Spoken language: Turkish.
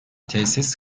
tesis